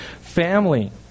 family